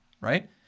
Right